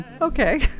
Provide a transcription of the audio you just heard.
okay